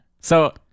So-